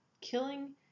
killing